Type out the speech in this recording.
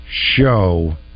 show